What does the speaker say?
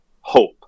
hope